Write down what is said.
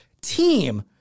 team